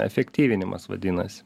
efektyvinimas vadinasi